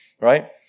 right